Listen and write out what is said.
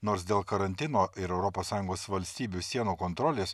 nors dėl karantino ir europos sąjungos valstybių sienų kontrolės